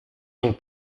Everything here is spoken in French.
donc